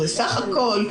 בסך הכול,